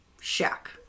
shack